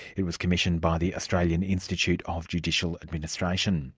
it was commissioned by the australian institute of judicial administration